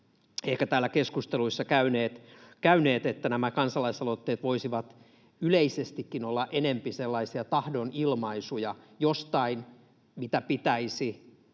ehkä täällä keskusteluja käyneet, että nämä kansalaisaloitteet voisivat yleisestikin olla enempi sellaisia tahdonilmaisuja jostain, mitä pitäisi